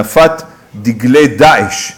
צביקה יחזקאלי או אחרים, את הנפת דגלי "דאעש"